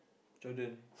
Jordan